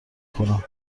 کنم